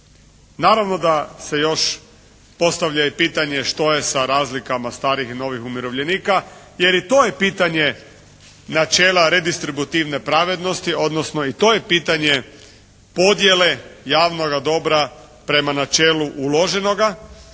Naravno da se još postavlja i pitanje što je sa razlikama starih i novih umirovljenika jer i to je pitanje načela redistributivne pravednosti, odnosno i to je pitanje podjele javnog dobra prema načelu uloženoga.